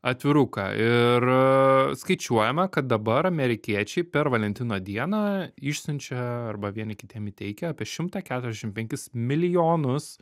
atviruką ir skaičiuojama kad dabar amerikiečiai per valentino dieną išsiunčia arba vieni kitiem įteikia apie šimtą keturiasdešim penkis milijonus